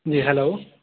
جی hello